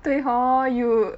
对 hor you